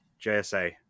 jsa